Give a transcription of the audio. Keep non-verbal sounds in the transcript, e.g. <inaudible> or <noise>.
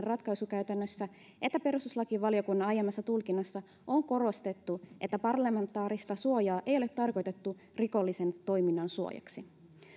<unintelligible> ratkaisukäytännössä että perustuslakivaliokunnan aiemmassa tulkinnassa on korostettu että parlamentaarista suojaa ei ole tarkoitettu rikollisen toiminnan suojaksi